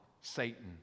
Satan